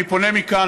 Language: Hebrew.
אני פונה מכאן,